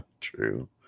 True